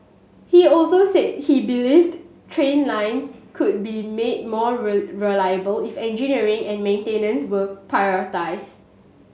he also said he believed train lines could be made more reliable if engineering and maintenance were prioritised